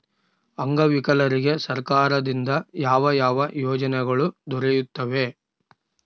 ಅಂಗವಿಕಲರಿಗೆ ಸರ್ಕಾರದಿಂದ ಯಾವ ಯಾವ ಯೋಜನೆಗಳು ದೊರೆಯುತ್ತವೆ?